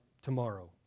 tomorrow